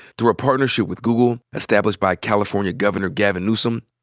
through a partnership with google established by california governor gavin newsom,